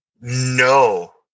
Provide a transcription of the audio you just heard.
No